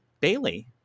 Bailey